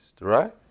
right